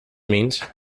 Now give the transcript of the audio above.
means